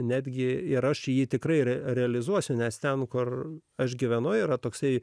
netgi ir aš jį tikrai realizuosiu nes ten kur aš gyvenu yra toksai